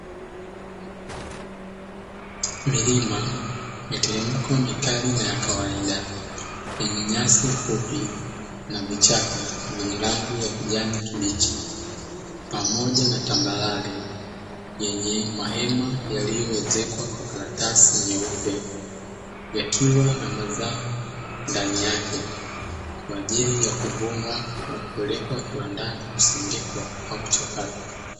Milima miteremko mikali na ya kawaida, yenye nyasi fupi na vichaka vyenye rangi ya kijani kibichi, pamoja na tambarare yenye mahema yaliyoezekwa kwa karatasi nyeupe, yakiwa na mazao ndani yake kwa ajili ya kuvunwa na kupelekwa kiwandani kusindikwa au kuchakatwa.